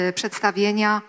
przedstawienia